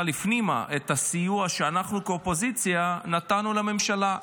הפנימה את הסיוע שאנחנו כאופוזיציה נתנו לממשלה.